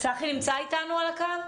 בבקשה.